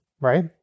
right